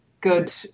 good